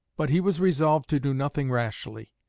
but he was resolved to do nothing rashly.